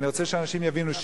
ואני רוצה שאנשים יבינו,